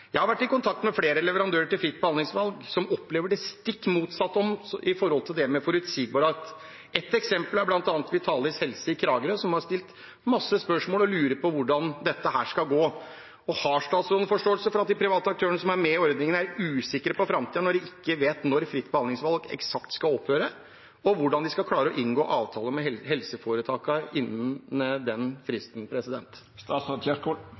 Jeg har vært i kontakt med flere leverandører til fritt behandlingsvalg som opplever det stikk motsatte når det gjelder det med forutsigbarhet. Et eksempel er bl.a. Vitalis Helse i Kragerø, som har stilt masse spørsmål og lurer på hvordan dette skal gå. Har statsråden forståelse for at de private aktørene som er med i ordningen, er usikre på framtiden når de ikke vet når fritt behandlingsvalg eksakt skal opphøre, og hvordan de skal klare å inngå avtaler med helseforetakene innen den